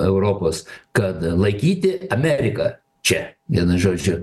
europos kad laikyti ameriką čia vienu žodžiu